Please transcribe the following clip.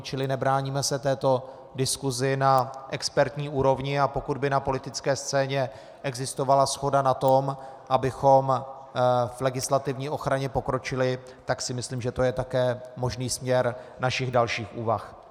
Čili nebráníme se této diskusi na expertní úrovni, a pokud by na politické scéně existovala shoda na tom, abychom v legislativní ochraně pokročili, tak si myslím, že to je také možný směr našich dalších úvah.